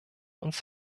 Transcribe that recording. uns